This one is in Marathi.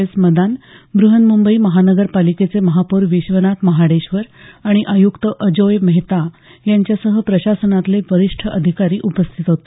एस मदान ब्रहन्मुंबई महानगर पालिकेचे महापौर विश्वनाथ महाडेश्वर आणि आयुक्त अजोय मेहता यांच्यासह प्रशासनातले वरिष्ठ अधिकारी उपस्थित होते